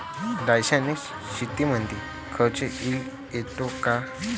रासायनिक शेतीमंदी खर्च लई येतो का?